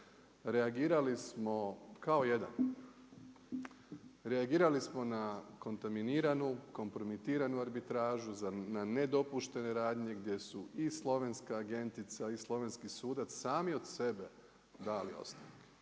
Reagirali smo kao jedan. Reagirali smo na kontaminiranu, kompromitiranu arbitražu na nedopuštene radnje gdje su i slovenska agentica i slovenski sudac sami od sebe dali ostavke,